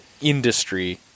industry